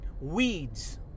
weeds